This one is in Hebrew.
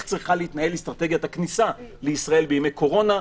צריכה להתנהל אסטרטגיית הכניסה לישראל בימי קורונה.